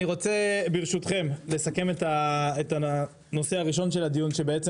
אני רוצה לסכם את הנושא הראשון של הדיון שבעצם